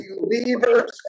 believers